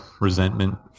resentment